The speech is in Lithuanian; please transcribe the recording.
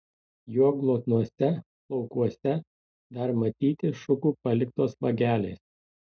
jo glotniuose plaukuose dar matyti šukų paliktos vagelės